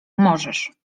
możesz